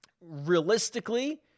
Realistically